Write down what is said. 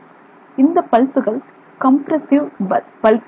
இந்த பல்சுகள் கம்ப்ரசிவ் பல்சுகள் ஆகும்